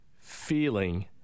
Feeling